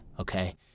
Okay